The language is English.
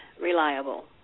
reliable